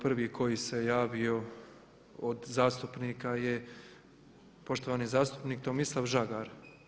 Prvi koji se javio od zastupnika je poštovani zastupnik Tomislav Žagar.